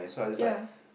ye